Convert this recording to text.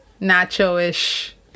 nacho-ish